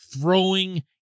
throwing